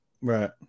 Right